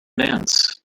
dance